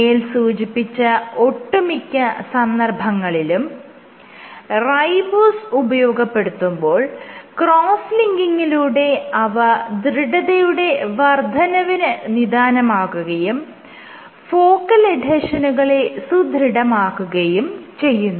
മേൽ സൂചിപ്പിച്ച ഒട്ടുമിക്ക സന്ദർഭങ്ങളിലും റൈബോസ് ഉപയോഗപ്പെടുത്തുമ്പോൾ ക്രോസ്സ് ലിങ്കിങിലൂടെ അവ ദൃഢതയുടെ വർദ്ധനവിന് നിദാനമാകുകയും ഫോക്കൽ എഡ്ഹെഷനുകളെ സുദൃഢമാക്കുകയും ചെയ്യുന്നു